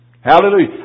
Hallelujah